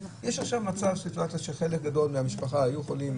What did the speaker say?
יש עכשיו מצב שחלק גדול מהמשפחה היו חולים,